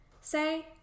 say